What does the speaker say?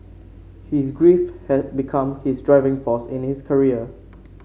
his grief had become his driving force in his career